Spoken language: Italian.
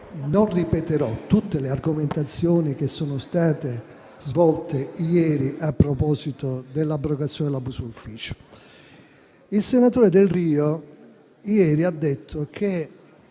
non ripeterò tutte le argomentazioni che sono state svolte ieri a proposito dell'abrogazione del reato di abuso d'ufficio. Il senatore Delrio ieri si è detto molto